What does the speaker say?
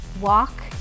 walk